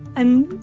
and